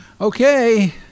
Okay